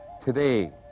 today